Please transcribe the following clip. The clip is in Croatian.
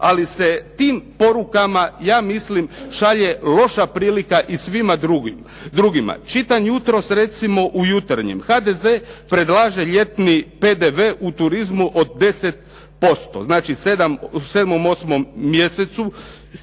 ali se tim porukama, ja mislim šalje loša prilika i svima drugima. Čitam jutros recimo u Jutarnjem, HDZ predlaže ljetni PDV u turizmu od 10%. Znači 7., 8. mjesecu.